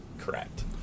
Correct